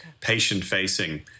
patient-facing